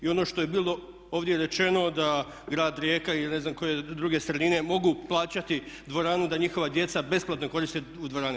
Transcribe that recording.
I ono što je bilo ovdje rečeno da grad Rijeka ili ne znam koje druge sredine mogu plaćati dvoranu da njihova djeca besplatno koriste dvorane.